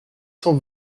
cent